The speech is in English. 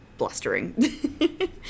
blustering